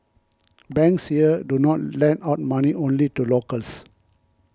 banks here do not lend out money only to locals